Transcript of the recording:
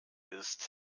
ist